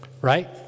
right